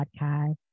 podcast